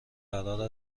قرار